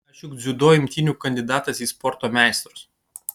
aš juk dziudo imtynių kandidatas į sporto meistrus